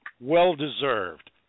well-deserved